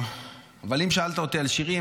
אבל אם שאלת אותי על שירים,